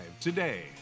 today